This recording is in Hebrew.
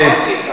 אמרתי.